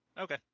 Okay